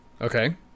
okay